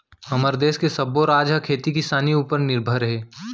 हमर देस के सब्बो राज ह खेती किसानी उपर निरभर हे